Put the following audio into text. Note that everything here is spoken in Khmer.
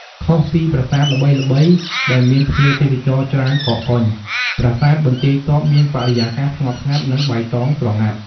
ខុសពីប្រាសាទល្បីៗដែលមានភ្ញៀវទេសចរច្រើនកកកុញ ប្រាសាទបន្ទាយទ័ពមានបរិយាកាសស្ងប់ស្ងាត់ និងបៃតងស្រងាត់។